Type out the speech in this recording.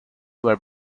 were